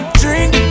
drink